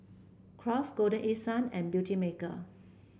Kraft Golden East Sun and Beautymaker